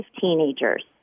teenagers